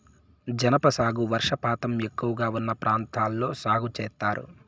జనప సాగు వర్షపాతం ఎక్కువగా ఉన్న ప్రాంతాల్లో సాగు చేత్తారు